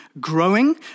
growing